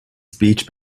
speech